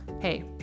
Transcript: Hey